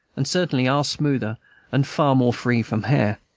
and certainly are smoother and far more free from hair.